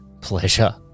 pleasure